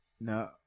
no